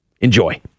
Enjoy